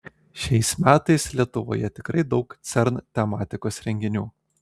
šiais metais lietuvoje tikrai daug cern tematikos renginių